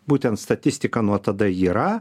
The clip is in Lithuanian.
būtent statistika nuo tada yra